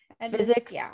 Physics